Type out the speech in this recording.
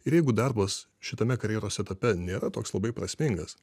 ir jeigu darbas šitame karjeros etape nėra toks labai prasmingas